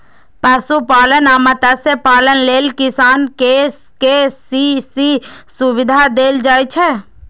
पशुपालन आ मत्स्यपालन लेल किसान कें के.सी.सी सुविधा देल जाइ छै